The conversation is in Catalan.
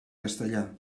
castellà